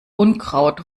unkraut